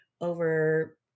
over